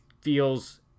feels